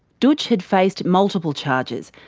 dootch had faced multiple charges,